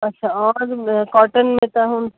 अच्छा और कॉटन में त